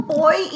boy